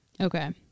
Okay